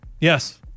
Yes